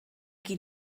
qui